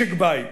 משק-בית